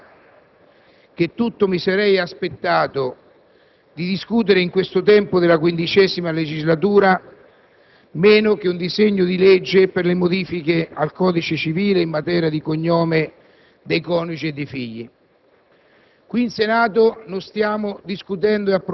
intervento affermando con estrema sincerità che tutto mi sarei aspettato di discutere, in questo tempo della XV legislatura, meno che un disegno di legge per le modifiche al codice civile in materia di cognome dei coniugi e dei figli.